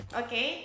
okay